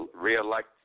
reelect